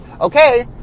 okay